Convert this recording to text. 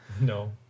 No